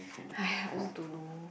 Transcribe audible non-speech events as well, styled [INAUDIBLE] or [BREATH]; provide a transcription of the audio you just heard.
[BREATH] !aiya! I also don't know